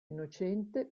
innocente